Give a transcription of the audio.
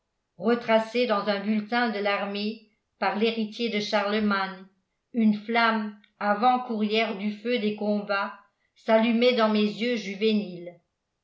retracés dans un bulletin de l'armée par l'héritier de charlemagne une flamme avant courrière du feu des combats s'allumait dans mes yeux juvéniles